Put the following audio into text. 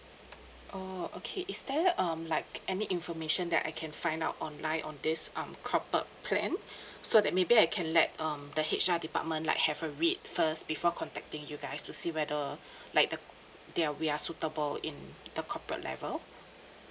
orh okay is there um like any information that I can find out online on this um corporate plan so that maybe I can let um the H_R department like have a read first before contacting you guys to see whether like the that we are suitable in the corporate level